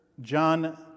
John